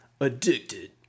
Addicted